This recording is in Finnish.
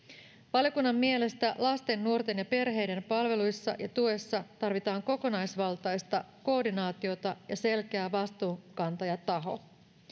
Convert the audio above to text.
valiokunnan mielestä lasten nuorten ja perheiden palveluissa ja tuessa tarvitaan kokonaisvaltaista koordinaatiota ja selkeä vastuunkantajataho